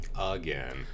Again